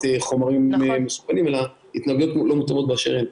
חומרים מסוכנים אלא התנהגויות לא מתונות באשר הן.